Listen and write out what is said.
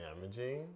damaging